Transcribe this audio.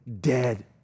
dead